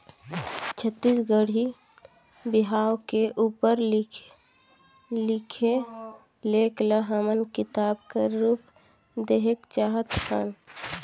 छत्तीसगढ़ी बिहाव के उपर लिखे लेख ल हमन किताब कर रूप देहेक चाहत हन